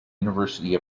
university